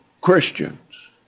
Christians